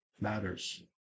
matters